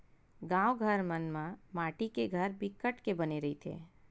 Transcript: गाँव घर मन म माटी के घर बिकट के बने रहिथे